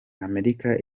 amerika